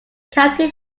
county